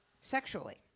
sexually